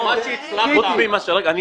מה שהצלחת --- רגע,